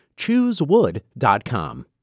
Choosewood.com